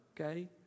okay